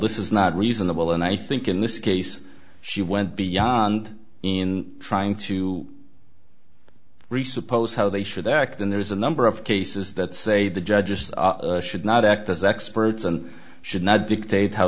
this is not reasonable and i think in this case she went beyond in trying to recent posts how they should act and there is a number of cases that say the judges should not act as experts and should not